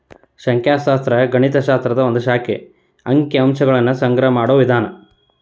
ಸಂಖ್ಯಾಶಾಸ್ತ್ರ ಗಣಿತ ಶಾಸ್ತ್ರದ ಒಂದ್ ಶಾಖೆ ಅಂಕಿ ಅಂಶಗಳನ್ನ ಸಂಗ್ರಹ ಮಾಡೋ ವಿಧಾನ